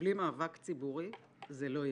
שבלי מאבק ציבורי זה לא ילך.